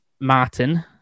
Martin